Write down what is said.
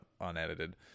unedited